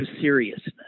seriousness